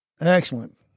Excellent